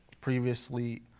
previously